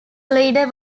leader